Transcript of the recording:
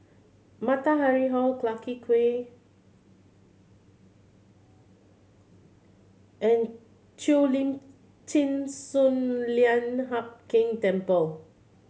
Matahari Hall Clarke Quay and Cheo Lim Chin Sun Lian Hup Keng Temple